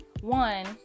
one